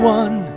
one